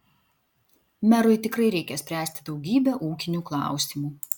merui tikrai reikia spręsti daugybę ūkinių klausimų